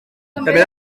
també